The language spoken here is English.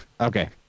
Okay